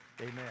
Amen